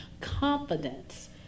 confidence